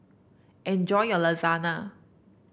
enjoy your Lasagna